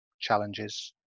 challenges